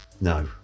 No